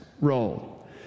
role